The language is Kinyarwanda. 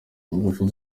ingufu